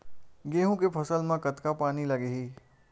गेहूं के फसल म कतका पानी लगही?